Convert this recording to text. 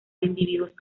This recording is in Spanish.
individuos